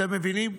אתם מבינים?